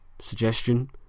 suggestion